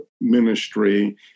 ministry